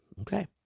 okay